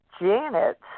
Janet